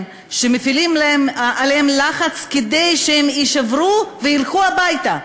היא שמפעילים עליהם לחץ כדי שהם יישברו וילכו הביתה.